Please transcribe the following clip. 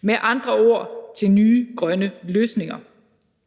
med andre ord til nye grønne løsninger.